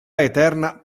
eterna